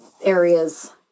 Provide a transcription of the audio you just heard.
areas